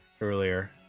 earlier